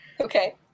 Okay